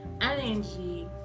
energy